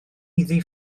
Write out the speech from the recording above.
iddi